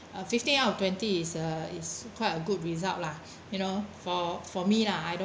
a fifteen out of twenty is uh is quite a good result lah you know for for me lah